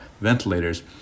ventilators